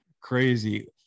crazy